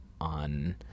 on